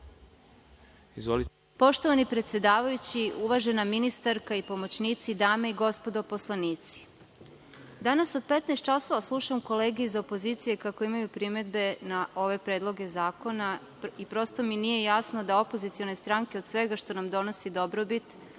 Poštovani predsedavajući, uvažena ministarka i pomoćnici, dame i gospodo poslanici, danas od 15,00 časova slušam kolege iz opozicije kako imaju primedbe na ove predloge zakona i prosto mi nije jasno da opozicione stranke od svega što nam donosi dobrobit